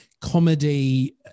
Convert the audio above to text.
comedy